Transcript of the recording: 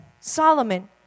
Solomon